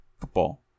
football